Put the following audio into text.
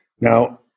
Now